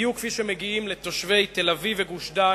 בדיוק כפי שמגיעים לתושבי תל-אביב וגוש-דן,